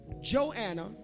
Joanna